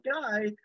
guy